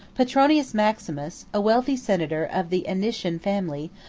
petronius maximus, a wealthy senator of the anician family,